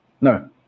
No